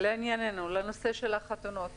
לגבי נושא החתונות